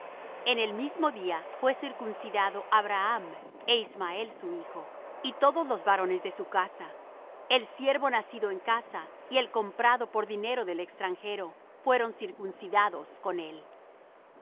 en el mismo día fué circuncidado abraham é ismael su hijo y todos los varones de su casa el siervo nacido en casa y el comprado por dinero del extranjero fueron circuncidados con él